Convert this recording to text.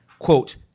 Quote